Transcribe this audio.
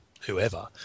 whoever